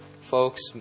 folks